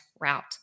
route